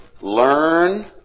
learn